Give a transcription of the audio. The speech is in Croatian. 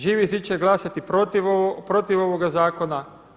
Živi zid će glasati protiv ovoga zakona.